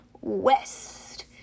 west